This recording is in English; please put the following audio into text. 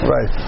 Right